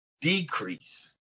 decrease